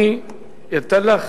אני אתן לך,